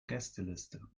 gästeliste